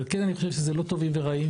על כן אני חושב שזה לא טובים ורעים,